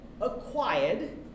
acquired